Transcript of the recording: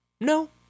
no